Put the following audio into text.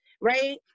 right